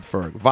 Ferg